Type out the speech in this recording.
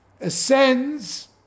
ascends